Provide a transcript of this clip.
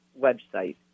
website